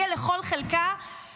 רוצים לגרש מכאן או שאנחנו רוצים להכניס